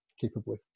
capably